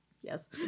yes